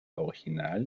original